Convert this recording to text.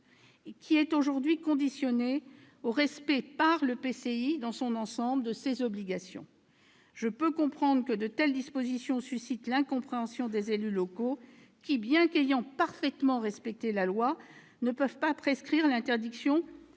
qui est aujourd'hui conditionné au respect par l'EPCI dans son ensemble de ses obligations. Je peux comprendre que de telles dispositions suscitent l'incompréhension des élus locaux qui, bien qu'ayant parfaitement respecté la loi, ne peuvent prescrire l'interdiction du